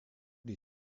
les